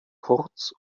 kurz